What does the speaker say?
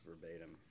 verbatim